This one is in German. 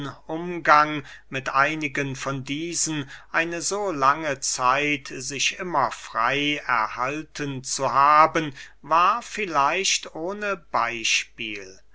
umgang mit einigen von diesen eine so lange zeit sich immer frey erhalten zu haben war vielleicht ohne beyspiel